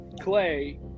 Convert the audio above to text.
Clay